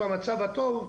במצב הטוב,